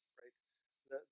right